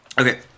Okay